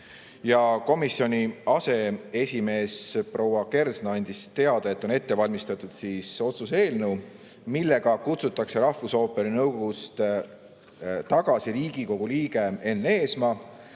Komisjoni aseesimees proua Kersna andis teada, et on ette valmistatud otsuse eelnõu, millega kutsutakse rahvusooperi nõukogust tagasi Riigikogu liige Enn Eesmaa